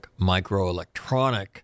microelectronic